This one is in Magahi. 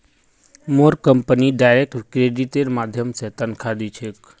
मोर कंपनी डायरेक्ट क्रेडिटेर माध्यम स तनख़ा दी छेक